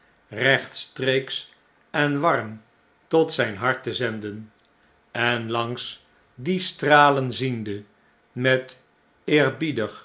rechtstreeks en warm tot zijn hart te zenden en langs die stralen ziende met